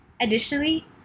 Additionally